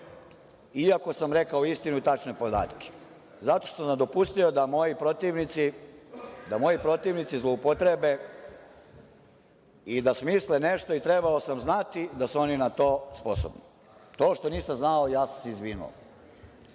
iako sam rekao istinu i tačne podatke, zato što je nedopustivo da moji protivnici zloupotrebe i da smisle nešto, trebao sam znati da su oni na to sposobni. To što nisam znao, ja sam se izvinio. Onaj